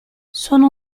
sono